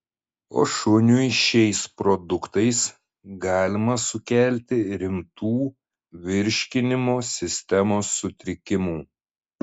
o šuniui šiais produktais galima sukelti rimtų virškinimo sistemos sutrikimų